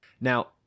Now